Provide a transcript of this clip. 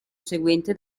seguente